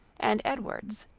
and edward's.